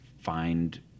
find